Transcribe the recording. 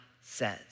says